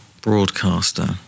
broadcaster